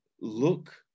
look